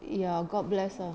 ya god bless lah